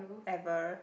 ever